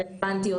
הרלוונטיות,